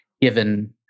given